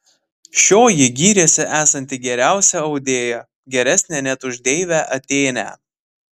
šioji gyrėsi esanti geriausia audėja geresnė net už deivę atėnę